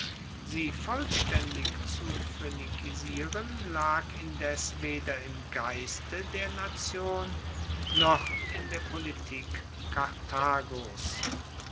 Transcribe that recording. sie vollstaendig zu phoenikisieren lag indes weder im geiste der nation noch in der politik karthagos